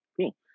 cool